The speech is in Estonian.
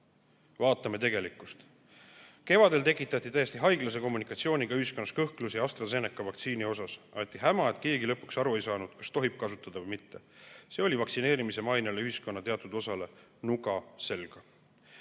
Vaatame tegelikkust. Kevadel tekitati täiesti haiglase kommunikatsiooniga ühiskonnas kõhklusi AstraZeneca vaktsiini suhtes. Aeti häma, nii et keegi lõpuks aru ei saanud, kas tohib kasutada või mitte. See oli nuga selga vaktsineerimise mainele ühiskonna teatud osa hulgas.